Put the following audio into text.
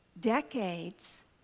decades